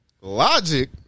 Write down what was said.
Logic